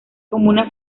comunas